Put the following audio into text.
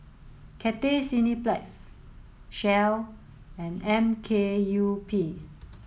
Cathay Cineplex Shell and M K U P